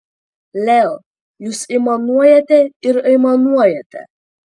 leo jūs aimanuojate ir aimanuojate